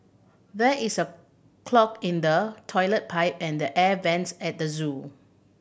there is a clog in the toilet pipe and the air vents at the zoo